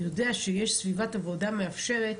יודע שכשיש סביבת עבודה מאפשרת,